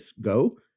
go